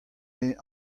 bez